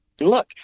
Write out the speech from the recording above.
Look